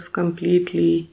completely